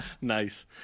Nice